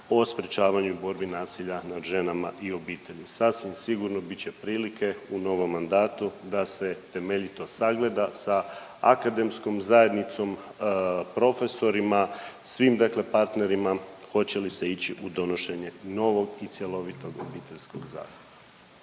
o sprječavanju i borbi nasilja nad ženama i obitelji. Sasvim sigurno bit će prilike u novom mandatu da se temeljito sagleda sa akademskom zajednicom, profesorima, svim dakle partnerima hoće li se ići u donošenje novog i cjelovitog Obiteljskog zakona.